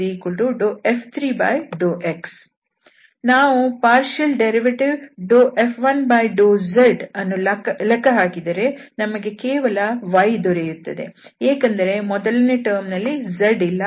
ನಾವು ಭಾಗಶಃ ಉತ್ಪನ್ನ F1∂z ಅನ್ನು ಲೆಕ್ಕ ಹಾಕಿದರೆ ನಮಗೆ ಕೇವಲ y ದೊರೆಯುತ್ತದೆ ಯಾಕೆಂದರೆ ಮೊದಲನೆಯ ಟರ್ಮ್ ನಲ್ಲಿ z ಇಲ್ಲ